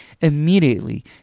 Immediately